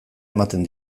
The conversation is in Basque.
ematen